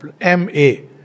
M-A